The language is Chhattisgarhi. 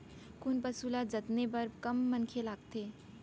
कोन पसु ल जतने बर कम मनखे लागथे?